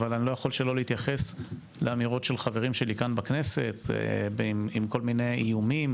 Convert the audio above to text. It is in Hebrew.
אבל אני לא יכול לאמירות של חברים שלי כאן בכנסת עם כל מיני איומים